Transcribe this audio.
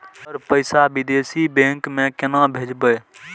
Sir पैसा विदेशी bank में केना भेजबे?